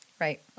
Right